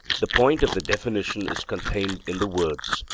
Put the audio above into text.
the point of the definition is contained in the words,